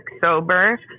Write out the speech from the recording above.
sober